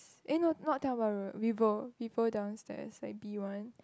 eh no not Tiong-Bahru Vivo Vivo downstairs like B one